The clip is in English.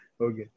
Okay